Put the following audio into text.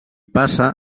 passa